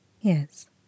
Yes